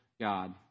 God